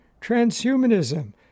transhumanism